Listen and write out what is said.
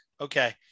Okay